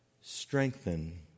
Strengthen